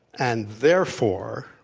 and, therefore,